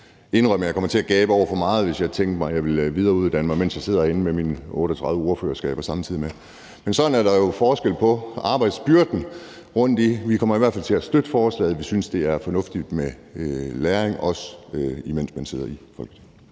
indrømme, at jeg nok kommer til at gabe over for meget, hvis jeg havde tænkt mig at videreuddanne mig, mens jeg samtidig sidder herinde med mine 38 ordførerskaber. Men sådan er der jo forskel på arbejdsbyrden rundtomkring. Men vi kommer i hvert fald til at støtte forslaget. Vi synes, det er fornuftigt med læring, også mens man sidder i Folketinget.